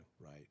Right